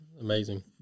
amazing